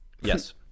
Yes